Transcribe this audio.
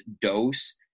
dose